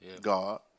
God